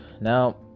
now